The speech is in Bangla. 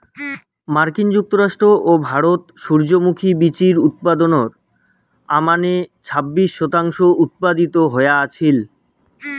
মার্কিন যুক্তরাষ্ট্র ও ভারত সূর্যমুখী বীচির উৎপাদনর আমানে ছাব্বিশ শতাংশ উৎপাদিত হয়া আছিল